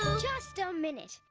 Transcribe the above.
just a minute!